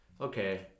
okay